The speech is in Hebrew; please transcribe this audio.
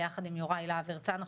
ביחד עם יוראי להב הרצנו,